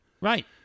Right